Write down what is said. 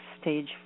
stage